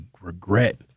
regret